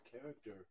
character